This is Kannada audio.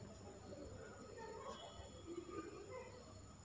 ಧಾನ್ಯಗಳು ಮತ್ತು ಧಾನ್ಯಗಳ ವಿಭಾಗವು ಮಾರುಕಟ್ಟೆಯಲ್ಲಿ ಅತಿದೊಡ್ಡ ಪಾಲನ್ನು ಹೊಂದಿದೆ